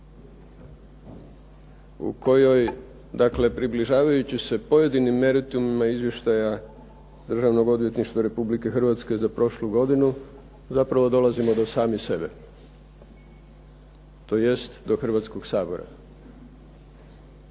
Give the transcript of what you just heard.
u kojoj, dakle približavajući se pojedinim meritumima izvještaja Državnog odvjetništva Republike Hrvatske za prošlu godinu zapravo dolazimo do samih sebe, tj. do Hrvatskog sabora.